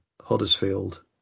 Huddersfield